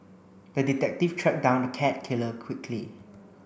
the detective tracked down the cat killer quickly